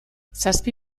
zazpi